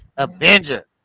Avenger